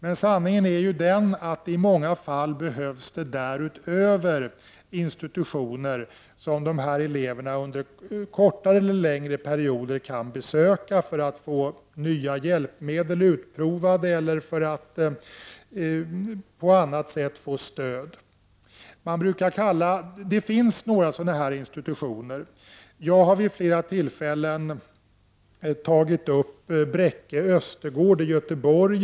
Men sanningen är ju den att det i många fall därutöver behövs institutioner vilka dessa elever under kortare eller längre perioder kan besöka för att få nya hjälpmedel utprovade eller för att på annat sätt få stöd. Det finns några sådana institutioner. Jag har vid flera tillfällen tagit upp Bräcke Östergård i Göteborg.